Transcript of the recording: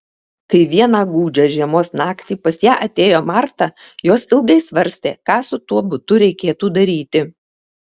kai vieną gūdžią žiemos naktį pas ją atėjo marta jos ilgai svarstė ką su tuo butu reikėtų daryti